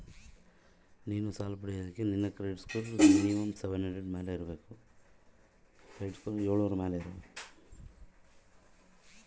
ನಾನು ಸಾಲ ಪಡಿಯಕ ನನ್ನ ಕ್ರೆಡಿಟ್ ಸಂಖ್ಯೆ ಎಷ್ಟಿರಬೇಕು?